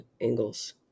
Angles